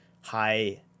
high